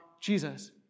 Jesus